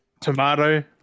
tomato